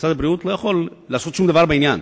משרד הבריאות לא יוכל לעשות שום דבר בעניין.